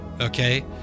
Okay